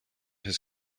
his